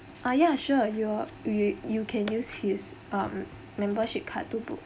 ah yeah sure you're you you can use his um membership card to book